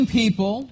people